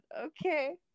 okay